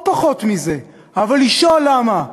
או פחות מזה, אבל לשאול למה.